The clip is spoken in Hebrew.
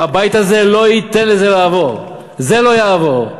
הבית הזה לא ייתן לזה לעבור, זה לא יעבור.